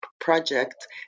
project